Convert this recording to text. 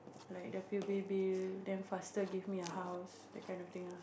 like the p_u_b bills then faster give me a house that kind of thing ah